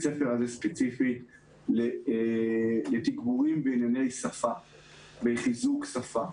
הספר הזה ספציפית לתגבורים בחיזוק שפה.